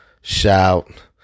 Shout